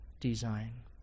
design